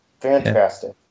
Fantastic